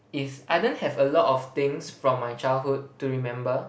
is I don't have a lot of things from my childhood to remember